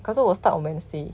可是我 start on wednesday